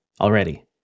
already